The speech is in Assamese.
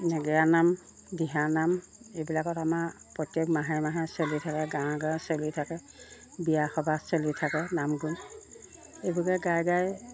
নেগেৰা নাম দিহানাম এইবিলাকত আমাৰ প্ৰত্যেক মাহে মাহে চলি থাকে গাঁৱে গাঁৱে চলি থাকে বিয়া সবাহ চলি থাকে নাম গুণ এইবোৰকে গাই গাই